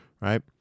Right